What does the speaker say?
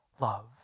love